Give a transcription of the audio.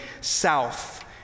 south